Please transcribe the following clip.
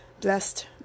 Blessed